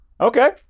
Okay